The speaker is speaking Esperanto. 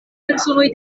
personoj